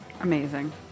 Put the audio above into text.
Amazing